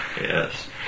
Yes